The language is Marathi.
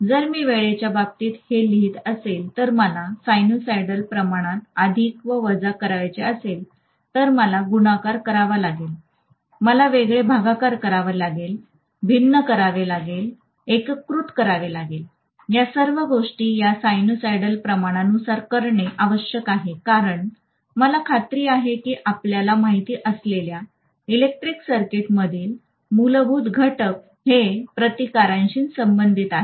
जर मी वेळेच्या बाबतीत हे लिहित असेल तर मला साइनसॉइडल प्रमाणात अधिक व वजा करायचे असेल तर मला गुणाकार करावा लागेल मला वेगळे भागाकार लागेल भिन्न करणे एकीकृत करा या सर्व गोष्टी या सायनसॉइडल प्रमाणानुसार करणे आवश्यक आहे कारण मला खात्री आहे की आपल्याला माहित असलेल्या इलेक्ट्रिक सर्किटमधील मूलभूत घटक हे प्रतिकारांशी संबंधित आहे